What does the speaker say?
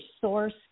source